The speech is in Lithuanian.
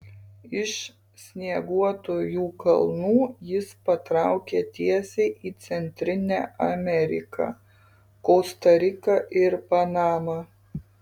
iš snieguotųjų kalnų jis patraukė tiesiai į centrinę ameriką kosta riką ir panamą